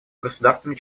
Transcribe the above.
государствами